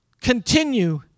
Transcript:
Continue